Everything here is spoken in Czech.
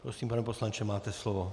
Prosím, pane poslanče, máte slovo.